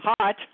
hot